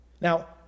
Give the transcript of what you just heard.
Now